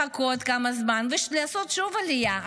לחכות כמה זמן ולעשות שוב עלייה,